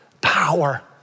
Power